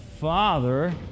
Father